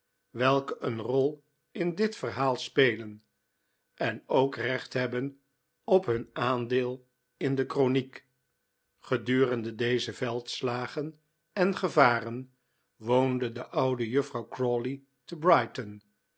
welke een rol in dit verhaal oa do oooa do spelen en ook recht hebben op hun aandeel in de kroniek gedurende deze veldslagen en gevaren woonde de oude juffrouw crawley te brighton